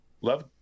Love